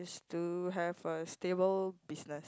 to have a stable business